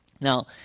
Now